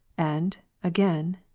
and, again,